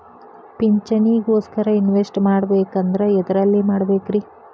ಪಿಂಚಣಿ ಗೋಸ್ಕರ ಇನ್ವೆಸ್ಟ್ ಮಾಡಬೇಕಂದ್ರ ಎದರಲ್ಲಿ ಮಾಡ್ಬೇಕ್ರಿ?